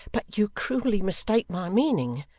but you cruelly mistake my meaning.